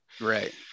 Right